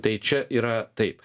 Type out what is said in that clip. tai čia yra taip